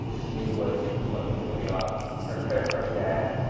she was looking to pay off her credit card debt,